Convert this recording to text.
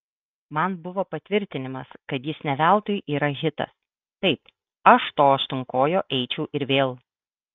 man buvo patvirtinimas kad jis ne veltui yra hitas taip aš to aštuonkojo eičiau ir vėl